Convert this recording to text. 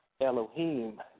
Elohim